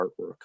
artwork